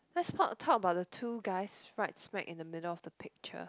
let's talk talk about the two guys right smack in the middle of the picture